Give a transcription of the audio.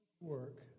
Work